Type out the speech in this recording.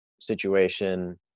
situation